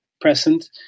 present